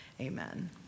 Amen